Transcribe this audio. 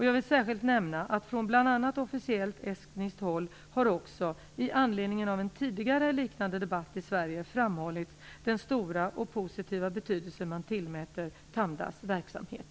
Jag vill särskilt nämna att från bl.a. officiellt estniskt håll har också - i anledning av en tidigare liknande debatt i Sverige - framhållits den stora och positiva betydelse man tillmäter Tamdas verksamhet.